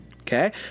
Okay